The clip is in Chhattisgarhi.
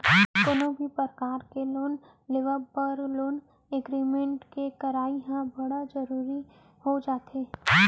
कोनो भी परकार के लोन के लेवब बर लोन एग्रीमेंट के करई ह बड़ जरुरी हो जाथे